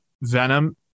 venom